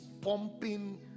pumping